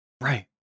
Right